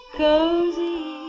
cozy